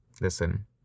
listen